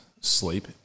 sleep